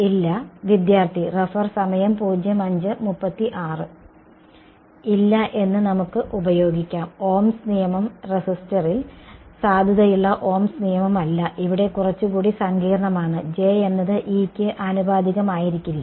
ഇല്ല എന്ന് നമുക്ക് ഉപയോഗിക്കാം ഓംസ് നിയമം റെസിസ്റ്ററിൽ സാധുതയുള്ള ഓംസ് നിയമമല്ല ഇവിടെ കുറച്ചുകൂടി സങ്കീർണ്ണമാണ് J എന്നത് E ക്ക് ആനുപാതികമായിരിക്കില്ല